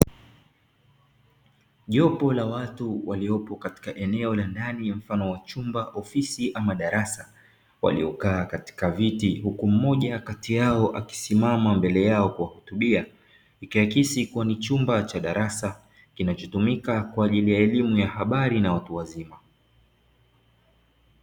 Jopo la watu waliopo katika eneo la ndani mfano wa chumba, ofisi ama darasa, waliokaa katika viti huku mmoja kati yao akisimama mbele yao kuwahutubia; ikiakisi kuwa ni chumba cha darasa, kinachotumika kwa ajili ya elimu ya habari na watu wazima.